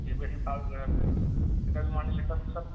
जे बरि पावर रहतै